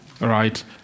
right